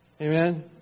Amen